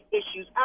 issues